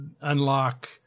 unlock